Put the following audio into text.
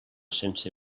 sense